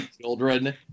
children